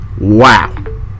Wow